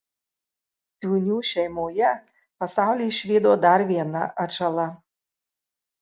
ciūnių šeimoje pasaulį išvydo dar viena atžala